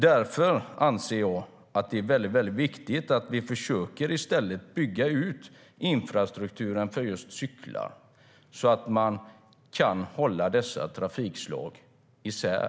Jag anser att det är viktigt att vi i stället försöker bygga ut infrastrukturen för cyklar så att man kan hålla isär trafikslagen.